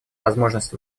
возможность